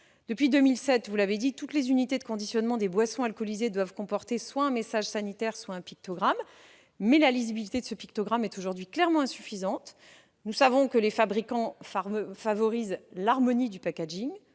Depuis 2007, vous l'avez dit, toutes les unités de conditionnement des boissons alcoolisées doivent comporter soit un message sanitaire, soit un pictogramme, mais la lisibilité de ce pictogramme est clairement insuffisante. Nous savons que les fabricants favorisent l'harmonie du, au